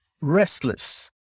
restless